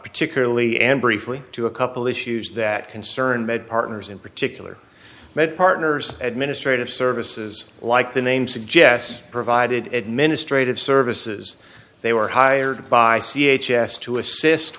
particularly and briefly to a couple issues that concern bed partners in particular that partners administrative services like the name suggests provided administrative services they were hired by c h s to assist